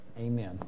Amen